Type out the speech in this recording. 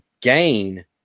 gain